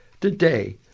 today